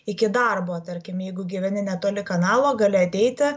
iki darbo tarkim jeigu gyveni netoli kanalo gali ateiti